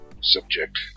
subject